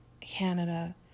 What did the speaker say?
Canada